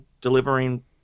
delivering